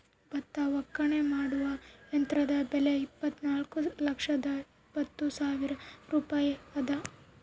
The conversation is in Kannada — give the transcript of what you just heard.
ಭತ್ತ ಒಕ್ಕಣೆ ಮಾಡುವ ಯಂತ್ರದ ಬೆಲೆ ಇಪ್ಪತ್ತುನಾಲ್ಕು ಲಕ್ಷದ ಎಪ್ಪತ್ತು ಸಾವಿರ ರೂಪಾಯಿ ಅದ